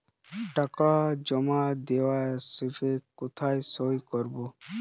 টাকা জমা দেওয়ার স্লিপে কোথায় সই করব?